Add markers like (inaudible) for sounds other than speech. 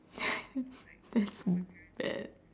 (noise) that's bad